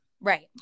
Right